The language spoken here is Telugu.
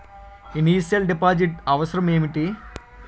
ఇనిషియల్ డిపాజిట్ అవసరం ఏమిటి?